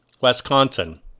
Wisconsin